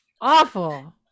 Awful